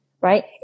right